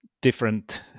different